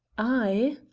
i?